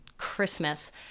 Christmas